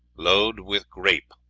load with grape,